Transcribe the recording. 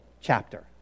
chapter